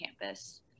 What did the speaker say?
campus